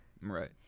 Right